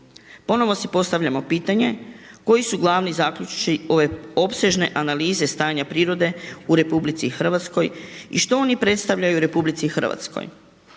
Ponovo si postavljamo pitanje koji su glavni zaključci ove opsežne analize stanja prirode u RH i što oni predstavljaju RH. Uvidom